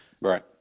right